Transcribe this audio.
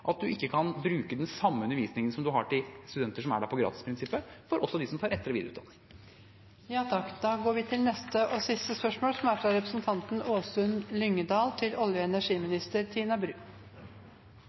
at man ikke kan bruke den samme undervisningen som man har til studenter som er der på gratisprinsippet, for dem som tar etter- og videreutdanning.